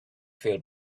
feel